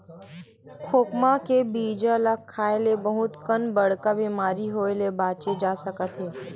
खोखमा के बीजा ल खाए ले बहुत कन बड़का बेमारी होए ले बाचे जा सकत हे